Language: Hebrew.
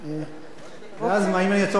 ואז מה, אם אני אעצור את הזמן הזמן יעצור?